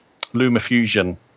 LumaFusion